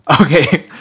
Okay